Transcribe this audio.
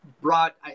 brought